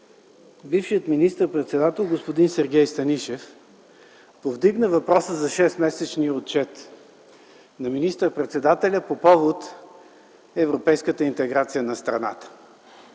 бившият министър-председател господин Сергей Станишев повдигна въпроса за шестмесечния отчет на министър-председателя по повод европейската интеграция на страната.